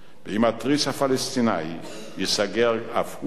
אם התריס הפלסטיני ייסגר אף הוא,